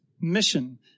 mission